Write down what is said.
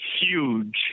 huge